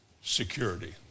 security